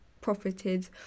profited